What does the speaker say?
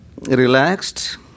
relaxed